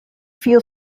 feel